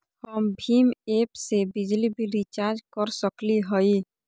हम भीम ऐप से बिजली बिल रिचार्ज कर सकली हई?